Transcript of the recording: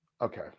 Okay